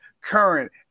current